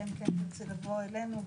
אלא אם כן תרצי לבוא אלינו,